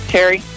Terry